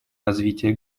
развития